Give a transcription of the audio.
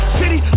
city